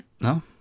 No